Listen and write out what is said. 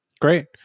Great